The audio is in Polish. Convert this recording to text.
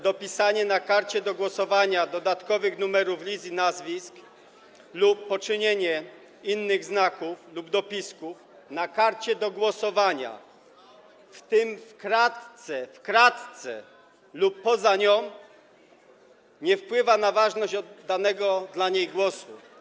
Dopisanie na karcie do głosowania dodatkowych numerów list i nazwisk lub poczynienie innych znaków lub dopisków na karcie do głosowania, w tym w kratce - w kratce - lub poza nią, nie wpływa na ważność oddanego na niej głosu.